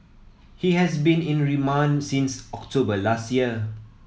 he has been in remand since October last year